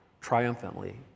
triumphantly